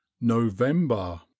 november